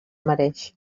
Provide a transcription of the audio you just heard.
mereix